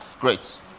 Great